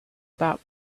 about